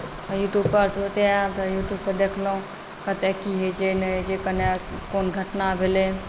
यूट्यूबपर तऽ ओतय आयल यूट्यूबपर देखलहुँ कतय की होइत छै नहि होइत छै केन्ने कोन घटना भेलै